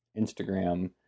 Instagram